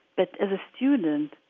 but as a student,